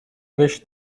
wish